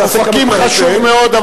אופקים חשוב מאוד,